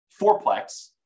fourplex